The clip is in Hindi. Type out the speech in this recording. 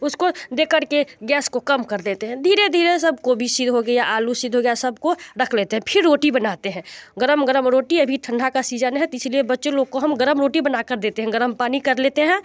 उसको देकर के गैस को कम कर देते हैं धीरे धीरे सब कोबी शीर हो गया आलू शीर हो गया सबको रख लेते हैं फिर रोटी बनाते हैं गरम गरम रोटी अभी ठंडा का सीज़न है तो इसीलिए बच्चे लोग को हम गरम रोटी बनाकर देते हैं गरम पानी कर लेते हैं